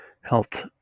health